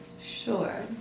Sure